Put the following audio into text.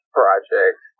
project